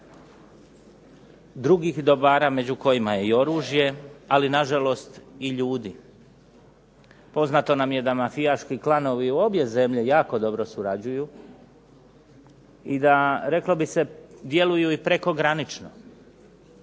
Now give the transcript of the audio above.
drugih dobara među kojima je oružje, ali nažalost i ljudi. Poznato nam je da mafijaški klanovi u obje zemlje jako dobro surađuju i da reklo bi se djeluju i preko granično.